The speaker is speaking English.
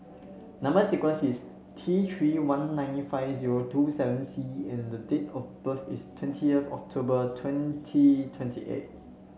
number sequence is T Three one nine five zero two seven C and the date of birth is twentieth October twenty twenty eight